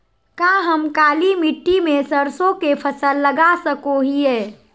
का हम काली मिट्टी में सरसों के फसल लगा सको हीयय?